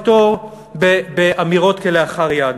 את זה אפשר לפטור באמירות כלאחר יד.